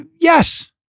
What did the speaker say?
yes